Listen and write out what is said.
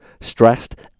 stressed